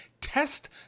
Test